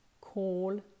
call